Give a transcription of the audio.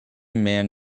man